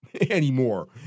anymore